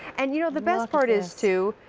and you know the best part is, too,